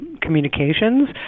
communications